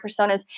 personas